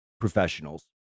professionals